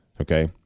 Okay